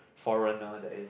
foreigner that is